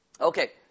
Okay